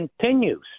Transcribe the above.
continues